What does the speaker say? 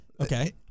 Okay